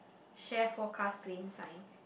share forecast rain sign